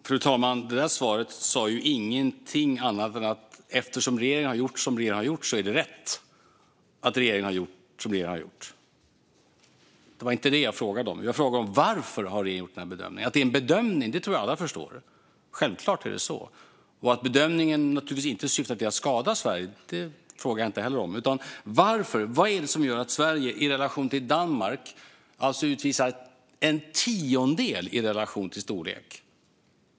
Fru talman! Det svaret sa ingenting annat än att eftersom regeringen har gjort som regeringen har gjort så är det rätt att regeringen har gjort som regeringen har gjort. Det var inte det jag frågade om. Jag frågade varför regeringen har gjort den här bedömningen. Att det är en bedömning tror jag att alla förstår. Självklart är det så. Att bedömningen naturligtvis inte syftar till att skada Sverige var inte heller vad jag frågade om. Vad är det som gör att Sverige i relation till storlek utvisar en tiondel så många som Danmark?